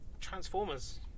Transformers